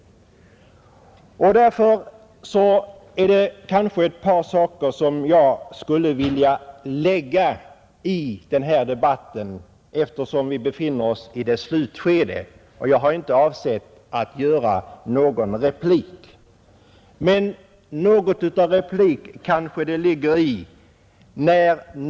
Det är ett par synpunkter som jag skulle vilja anlägga på den här debatten, eftersom vi befinner oss i dess slutskede; jag har inte avsett att gå in i något replikskifte med föregående talare. Men något av replik kanske det ändå ligger i de synpunkter jag anför.